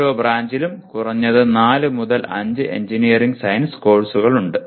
ഓരോ ബ്രാഞ്ചിലും കുറഞ്ഞത് 4 5 എഞ്ചിനീയറിംഗ് സയൻസ് കോഴ്സുകളുണ്ട്